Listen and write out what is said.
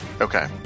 Okay